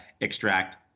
extract